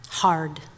Hard